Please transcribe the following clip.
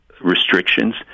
restrictions